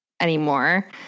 anymore